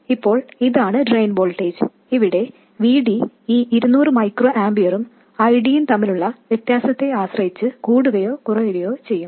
അതിനാൽ ഇപ്പോൾ ഇതാണ് ഡ്രെയിൻ വോൾട്ടേജ് ഇവിടെ VD ഈ 200μAഉം ID ഉം തമ്മിലുള്ള വ്യത്യാസത്തെ ആശ്രയിച്ച് കൂടുകയോ കുറയുകയോ ചെയ്യും